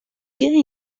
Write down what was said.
gjin